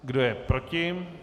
Kdo je proti?